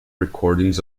recordings